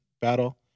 battle